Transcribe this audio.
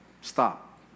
stop